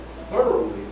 thoroughly